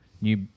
New